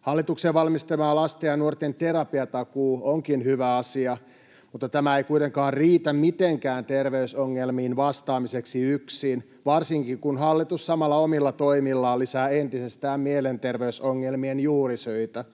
Hallituksen valmistelema lasten ja nuorten terapiatakuu onkin hyvä asia, mutta tämä ei kuitenkaan riitä mitenkään terveysongelmiin vastaamiseksi yksin, varsinkaan kun hallitus samalla omilla toimillaan lisää entisestään mielenterveysongelmien juurisyitä.